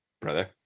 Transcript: brother